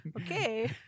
Okay